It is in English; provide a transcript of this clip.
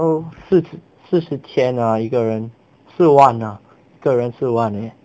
都四十四十千啊一个人四万啊一个人四万 leh